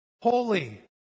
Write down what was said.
holy